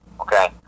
okay